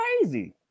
crazy